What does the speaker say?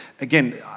Again